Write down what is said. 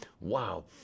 Wow